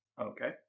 Okay